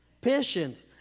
patient